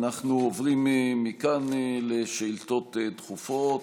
אנחנו עוברים מכאן לשאילתות דחופות,